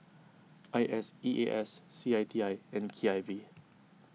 I S E A S C I T I and K I V